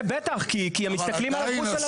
בטח, כי הם מסתכלים על הגרוש של הלירה.